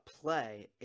play